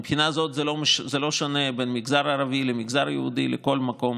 מבחינה זאת זה לא שונה במגזר הערבי והמגזר היהודי ובכל מקום